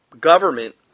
government